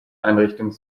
einrichtung